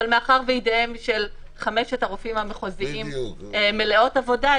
אבל מאחר שידיהם של חמשת הרופאים המחוזיים מלאות עבודה,